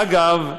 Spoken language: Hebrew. אגב,